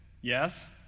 Yes